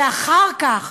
ואחר כך